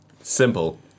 Simple